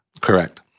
Correct